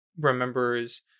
remembers